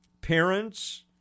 parents